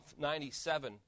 97